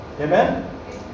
Amen